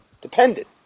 Dependent